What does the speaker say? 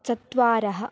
चत्वारः